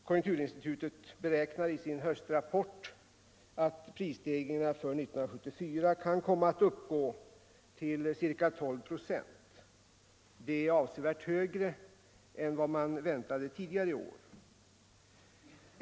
Konjunkturinstitutet beräknar i sin höstrapport att prisstegringarna för 1974 kan komma att uppgå till ca 12 procent. Det är avsevärt högre än man väntat tidigare i år.